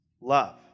Love